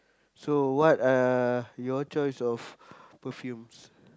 so what are your choice of perfumes